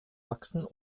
wachsen